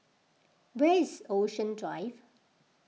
where is Ocean Drive